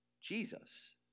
Jesus